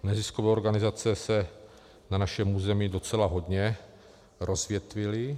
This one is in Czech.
Neziskové organizace se na našem území docela hodně rozvětvily.